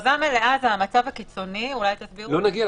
הכרזה מלאה זה המצב הקיצוני --- של סגירה.